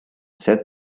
set